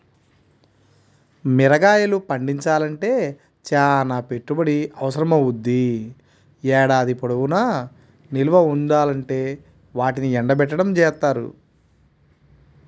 మిరగాయలు పండించాలంటే చానా పెట్టుబడి అవసరమవ్వుద్ది, ఏడాది పొడుగునా నిల్వ ఉండాలంటే వాటిని ఎండబెట్టడం జేత్తారు